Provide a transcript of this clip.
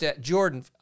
Jordan